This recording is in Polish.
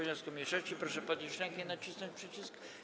wniosku mniejszości, proszę podnieść rękę i nacisnąć przycisk.